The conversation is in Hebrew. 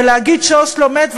ולהגיד שאוסלו מת,